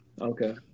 Okay